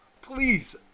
please